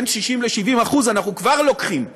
בין 60% ל-70% אנחנו כבר לוקחים מהרווחים.